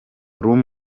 hameze